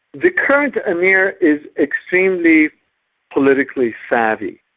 the current emir is extremely politically savvy.